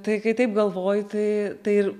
tai kai taip galvoji tai tai ir